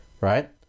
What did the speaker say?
right